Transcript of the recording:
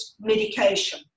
medication